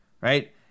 right